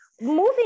moving